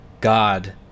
god